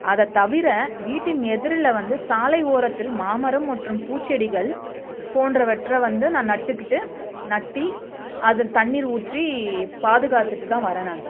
அதை தவிர வீட்டின் எதிரில் வந்து சாலை ஓரத்தில் மாமரம் மற்றும் பூச்செடிகள் போன்றவற்ற வந்து நான் நட்டுக்கிட்டு நட்டி அதில் தண்ணிர் ஊற்றி பாதுகாத்துட்டுதான் வரேன் நானு